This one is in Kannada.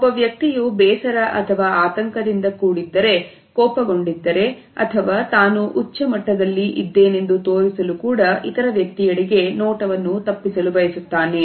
ಒಬ್ಬ ವ್ಯಕ್ತಿಯು ಬೇಸರ ಅಥವಾ ಆತಂಕದಿಂದ ಕೂಡಿದ್ದರೆ ಕೋಪಗೊಂಡಿದ್ದರೆ ಅಥವಾ ತಾನು ಉಚ್ಚ ಮಟ್ಟದಲ್ಲಿ ಇದ್ದೇನೆಂದು ತೋರಿಸಲು ಕೂಡ ಇತರ ವ್ಯಕ್ತಿಯೆಡೆಗೆ ನೋಟವನ್ನು ತಪ್ಪಿಸಲು ಬಯಸುತ್ತಾನೆ